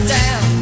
down